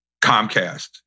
comcast